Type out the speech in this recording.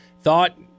thought